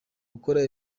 gukora